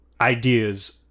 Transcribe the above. ideas